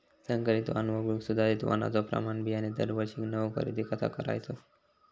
संकरित वाण वगळुक सुधारित वाणाचो प्रमाण बियाणे दरवर्षीक नवो खरेदी कसा करायचो?